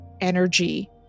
energy